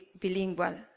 bilingual